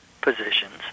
positions